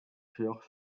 fleurs